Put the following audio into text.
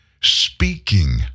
Speaking